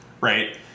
right